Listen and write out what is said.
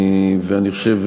ואני חושב,